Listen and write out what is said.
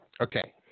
Okay